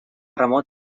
remot